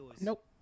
Nope